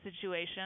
situation